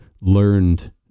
learned